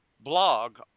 blog